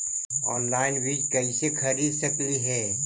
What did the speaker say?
Online बीज कईसे खरीद सकली हे?